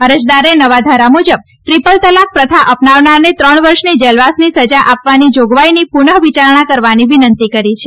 અરજદારે નવા ધારા મુજબ ટ્રિપલ તલાક પ્રથા અપનાવનારને ત્રણ વર્ષની જેલવાસની સજા આપવાની જોગવાઈની પુનઃ વિચારણા કરવાની વિનંતી કરી છે